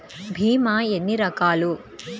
భీమ ఎన్ని రకాలు?